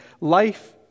Life